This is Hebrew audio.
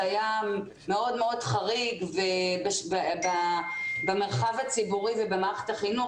היה מאוד מאוד חריג במרחב הציבורי ובמערכת החינוך,